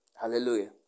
Hallelujah